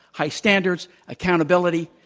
high standards, accountability.